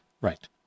Right